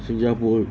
新加坡